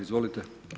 Izvolite.